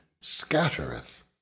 scattereth